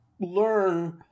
learn